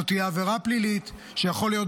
זו תהיה עבירה פלילית שיכול להיות